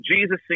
jesus